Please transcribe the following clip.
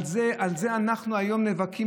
על זה אנחנו היום נאבקים.